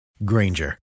granger